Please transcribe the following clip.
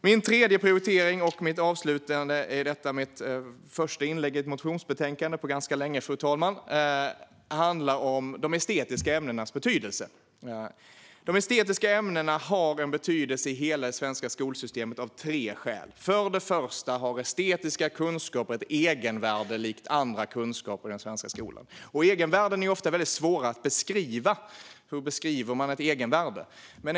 Den tredje och avslutande prioritering jag vill ta upp i detta mitt första inlägg om ett motionsbetänkande på ganska lång tid, fru talman, handlar om de estetiska ämnenas betydelse. Dessa ämnen har en betydelse i hela det svenska skolsystemet av tre skäl. För det första har estetiska kunskaper ett egenvärde likt andra kunskaper inom den svenska skolan. Egenvärden är ofta väldigt svåra att beskriva. Hur beskriver man egentligen ett egenvärde?